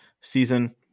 season